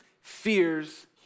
fears